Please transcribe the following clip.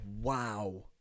wow